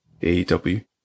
AEW